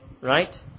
right